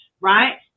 right